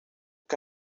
que